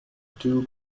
two